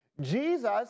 Jesus